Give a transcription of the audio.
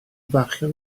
farchnad